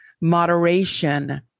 moderation